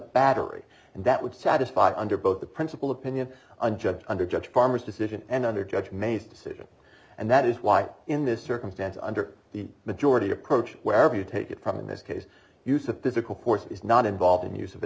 battery and that would satisfy under both the principal opinion and judge under judge farmers decision and under judge may's decision and that is why in this circumstance under the majority approach wherever you take it from in this case use of physical force is not involved in the use of a